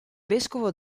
vescovo